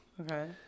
okay